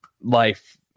life